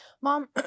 mom